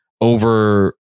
over